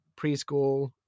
preschool